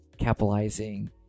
Capitalizing